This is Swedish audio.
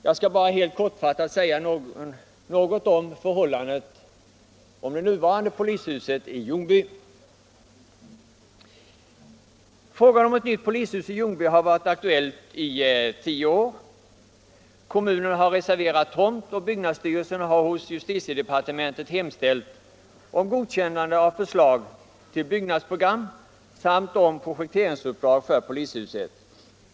Jag skall bara helt kortfattat säga något om hur förhållandena är i det nuvarande polishuset i Ljungby. Frågan om ett nytt polishus i Ljungby har varit aktuell i ca tio år. Kommunen har reserverat tomt och byggnadsstyrelsen har hos justitiedepartementet hemställt om godkännande av förslag till byggnadsprogram samt om projekteringsuppdrag för polishuset.